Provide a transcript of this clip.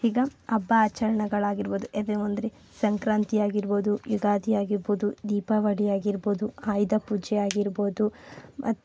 ಹೀಗ ಹಬ್ಬ ಆಚರಣೆಗಳಾಗಿರಬೋದು ಎದೆ ಒಂದ್ರಿ ಸಂಕ್ರಾಂತಿ ಆಗಿರಬೋದು ಯುಗಾದಿ ಆಗಿರಬೋದು ದೀಪಾವಳಿ ಆಗಿರಬೋದು ಆಯುಧ ಪೂಜೆ ಆಗಿರಬೋದು ಮತ್ತು